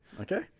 Okay